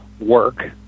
work